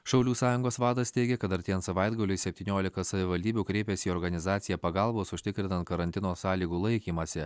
šaulių sąjungos vadas teigia kad artėjant savaitgaliui septyniolika savivaldybių kreipėsi į organizaciją pagalbos užtikrinant karantino sąlygų laikymąsi